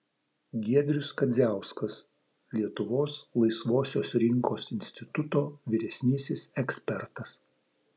giedrius kadziauskas lietuvos laisvosios rinkos instituto vyresnysis ekspertas